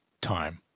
time